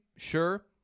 sure